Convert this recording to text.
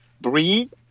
breathe